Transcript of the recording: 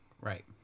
right